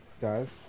guys